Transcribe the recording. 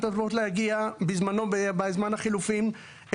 בזמנו בזמן החילופין ביקשנו מהמטפלות להגיע,